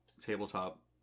tabletop